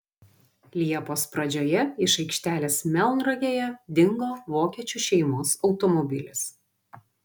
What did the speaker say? liepos pradžioje iš aikštelės melnragėje dingo vokiečių šeimos automobilis